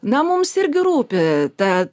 na mums irgi rūpi ta